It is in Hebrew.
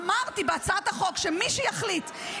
אמרתי בהצעת החוק שמי שיחליט,